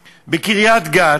בקריית-גת,